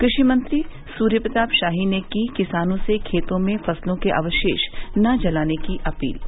कृषि मंत्री सूर्य प्रताप शाही ने की किसानों से खेतों में फसलों के अवशेष न जलाने की अपील की